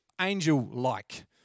angel-like